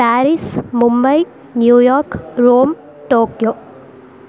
Paris Mumbai New York Rome Tokyo